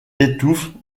étouffe